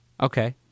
Okay